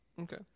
Okay